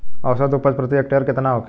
औसत उपज प्रति हेक्टेयर केतना होखे?